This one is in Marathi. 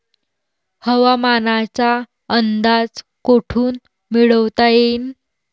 हवामानाचा अंदाज कोठून मिळवता येईन?